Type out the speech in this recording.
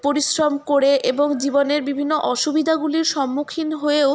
পরিশ্রম করে এবং জীবনের বিভিন্ন অসুবিধাগুলির সম্মুখীন হয়েও